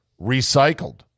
recycled